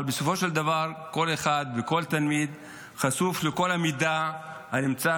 אבל בסופו של דבר כל אחד וכל תלמיד חשוף לכל המידע הנמצא,